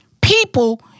people